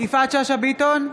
יפעת שאשא ביטון,